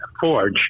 forge